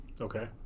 Okay